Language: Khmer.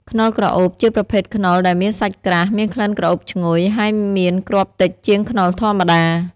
ខ្នុរក្រអូប ជាប្រភេទខ្នុរដែលមានសាច់ក្រាស់ មានក្លិនក្រអូបឈ្ងុយ ហើយមានគ្រាប់តិចជាងខ្នុរធម្មតា។